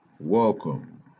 Welcome